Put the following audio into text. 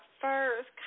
first